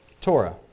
Torah